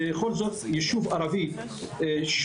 בכל זאת, יישוב ערבי שונה